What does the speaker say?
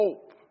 hope